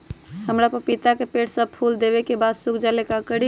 हमरा पतिता के पेड़ सब फुल देबे के बाद सुख जाले का करी?